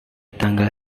tanggal